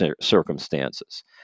circumstances